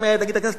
להגיד: הכנסת ככה,